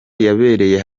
yabereye